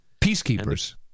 Peacekeepers